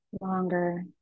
longer